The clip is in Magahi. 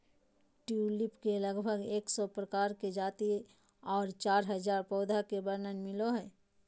ट्यूलिप के लगभग एक सौ प्रकार के जाति आर चार हजार पौधा के वर्णन मिलो हय